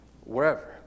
wherever